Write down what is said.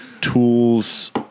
tools